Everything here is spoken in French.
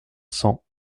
cent